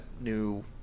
new